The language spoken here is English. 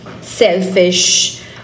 selfish